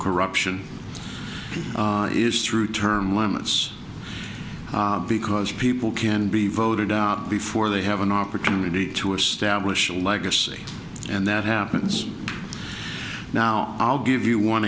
corrupt it is through term limits because people can be voted out before they have an opportunity to establish a legacy and that happens now i'll give you one